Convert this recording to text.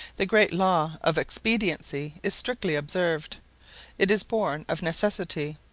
the great law of expediency is strictly observed it is borne of necessity.